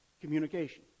Communication